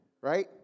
right